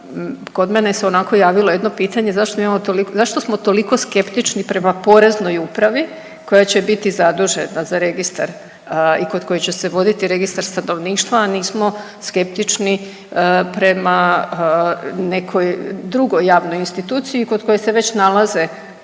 kod mene se onako javilo jedno pitanje, zašto imamo toliko, zašto smo toliko skeptični prema poreznoj upravi koja će biti zadužena za registar i kod koje će se voditi Registar stanovništva, a nismo skeptični prema nekoj drugoj javnoj instituciji kod koje se već nalaze